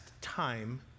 time